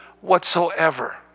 whatsoever